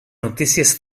notícies